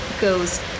goes